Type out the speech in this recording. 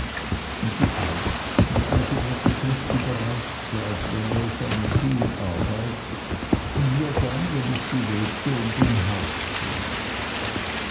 und die art mit der sie mir die schrift überreichte als wäre es eine schularbeit und mir dann wenn ich sie lobte um den hals fiel